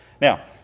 Now